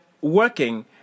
working